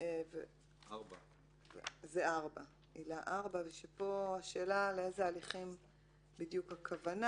פה השאלה לאיזה הליכים הכוונה בדיוק,